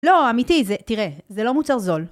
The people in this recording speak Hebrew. לא, אמיתי, זה... תראה, זה לא מוצר זול